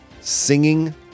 Singing